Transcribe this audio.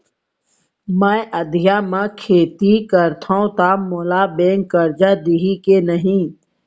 मैं अधिया म खेती करथंव त मोला बैंक करजा दिही के नही?